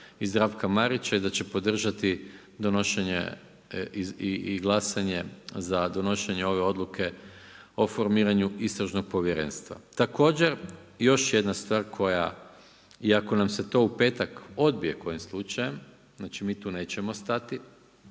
i Zdravka Marića i da će podržati donošenje i glasanje za donošenje ove odluke o formiranju istražnog povjerenstva. Također, još jedna stvar koja i ako nam se to u petak odbije kojim slučajem, znači mi tu nećemo stati,